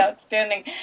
outstanding